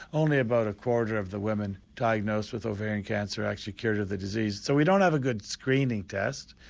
only about a quarter of the women diagnosed with ovarian cancer are actually cured of the disease. so we don't have a good screening test,